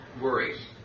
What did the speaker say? worries